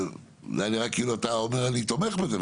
וזה היה נראה כאילו אתה אומר שאתה תומך בזה,